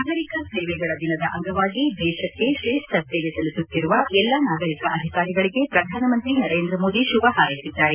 ನಾಗರಿಕ ಸೇವೆಗಳ ದಿನದ ಅಂಗವಾಗಿ ದೇಶಕ್ಕೆ ತ್ರೇಷ್ಠ ಸೇವೆ ಸಲ್ಲಿಸುತ್ತಿರುವ ಎಲ್ಲಾ ನಾಗರಿಕ ಅಧಿಕಾರಿಗಳಿಗೆ ಪ್ರಧಾನಮಂತ್ರಿ ನರೇಂದ್ರಮೋದಿ ಶುಭ ಹಾರೈಸಿದ್ದಾರೆ